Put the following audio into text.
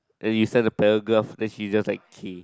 then you send a paragraph then she just like K